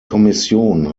kommission